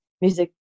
music